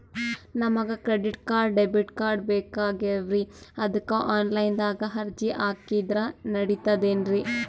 ನಮಗ credit card, debit card ಬೇಕಾಗ್ಯಾವ್ರೀ ಅದಕ್ಕ ಆನಲೈನದಾಗ ಅರ್ಜಿ ಹಾಕಿದ್ರ ನಡಿತದೇನ್ರಿ?